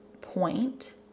point